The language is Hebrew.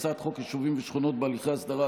הצעת חוק יישובים ושכונות בהליכי הסדרה,